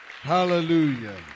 Hallelujah